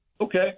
Okay